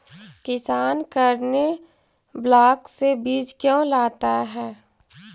किसान करने ब्लाक से बीज क्यों लाता है?